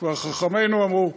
כבר חכמינו אמרו.